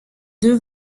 deux